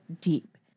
deep